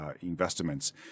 investments